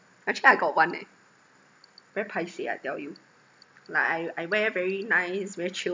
actually I got one eh very paiseh I tell you like I I wear very nice very chio